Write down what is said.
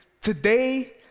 today